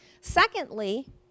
secondly